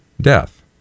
death